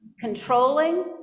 controlling